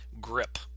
grip